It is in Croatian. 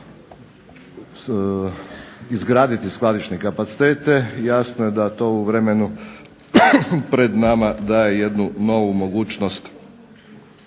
izgraditi skladišne kapacitete. Jasno je da to u vremenu pred nama daje jednu novu mogućnost